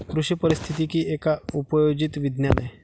कृषी पारिस्थितिकी एक उपयोजित विज्ञान आहे